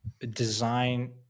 design